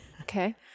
okay